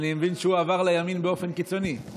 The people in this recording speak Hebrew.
אני מבין שהוא עבר לימין באופן קיצוני.